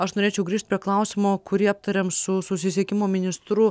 aš norėčiau grįžt prie klausimo kurį aptarėm su susisiekimo ministru